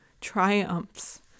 triumphs